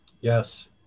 Yes